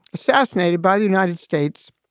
assassinated by the united states,